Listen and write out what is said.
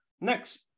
Next